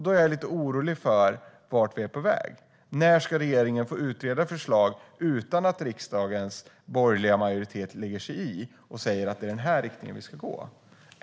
Då är jag lite orolig för vart vi är på väg. När ska regeringen få utreda förslag utan att riksdagens borgerliga majoritet lägger sig i och talar om i vilken riktning man ska gå?